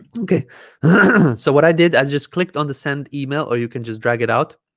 okay so what i did i just clicked on the send email or you can just drag it out